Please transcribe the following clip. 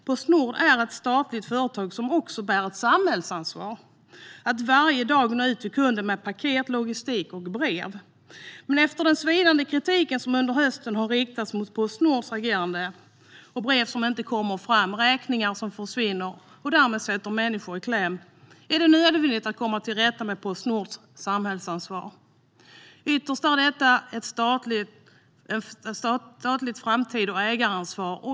Postnord är ett statligt företag som bär ett samhällsansvar: att varje dag nå ut till kunderna med paket, logistik och brev. Men efter den svidande kritik som under hösten har riktats mot Postnords agerande - det handlar om brev som inte kommer fram och räkningar som försvinner så att människor kommer i kläm - är det nödvändigt att komma till rätta med Postnords samhällsansvar. Ytterst är detta ett statligt framtids och ägaransvar.